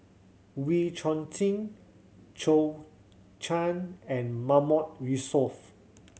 Wee Chong Jin Zhou Can and Mahmood Yusof